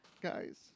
guys